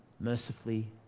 mercifully